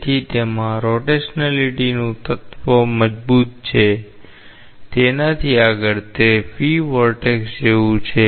તેથી તેમાં રોટેશનલિટીનું તત્વ મજબૂત છે તેનાથી આગળ તે ફ્રી વરટેક્સ જેવું છે